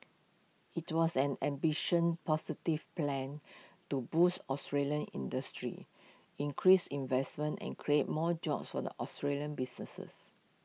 IT was an ambition positive plan to boost Australian industry increase investment and create more jobs for the Australian businesses